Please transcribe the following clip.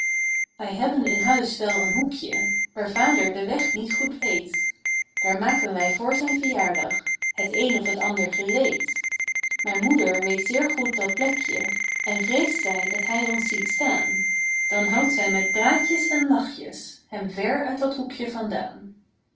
wij hebben in huis wel een hoekje waar vader den weg niet goed weet daar maken wij voor zijn verjaardag het een of het ander gereed maar moeder weet zeer goed dat plekje en vreest zij dat hij ons ziet staan dan houdt zij met praatjes en lachjes hem ver uit dat hoekje vandaan